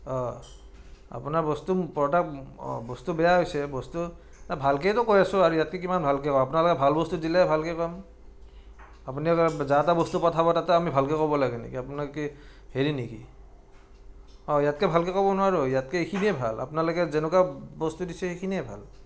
অঁ আপোনাৰ বস্তু প্ৰডাক্ট অঁ বস্তু বেয়া হৈছে বস্তু ভালকৈয়েতো কৈ আছো আৰু ইয়াতকৈ কিমান ভালকৈ ক'ম আপোনালোকে ভাল বস্তু দিলেহে ভালকৈ ক'ম আপুনি যা তা বস্তু পঠাব তাতে আমি ভালকৈ ক'ব লাগে নেকি আপোনালোক কি হেৰি নেকি অঁ ইয়াতকৈ ভালকৈ ক'ব নোৱাৰোঁ ইয়াতকৈ এইখিনিয়ে ভাল আপোনালোকে যেনেকুৱা বস্তু দিছে এইখিনিয়ে ভাল